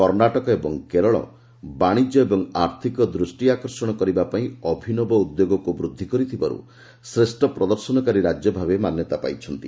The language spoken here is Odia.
କର୍ଣ୍ଣାଟକ ଏବଂ କେରଳ ବାଶିଜ ଓ ଆର୍ଥକ ଦୃଷ୍ଟି ଆକର୍ଷଣ କରିବାପାର୍ଇ ଅଭିନବ ଉଦ୍ୟୋଗକୁ ବୃଦ୍ଧି କରିଥିବାରୁ ଶ୍ରେଷ୍ଠ ପ୍ରଦର୍ଶନକାରୀ ରାଜ୍ୟ ଭାବେ ମାନ୍ୟତା ପାଇଛନ୍ତି